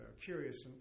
curious